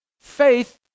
Faith